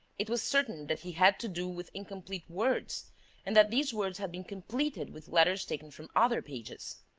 it was certain that he had to do with incomplete words and that these words had been completed with letters taken from other pages.